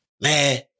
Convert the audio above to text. man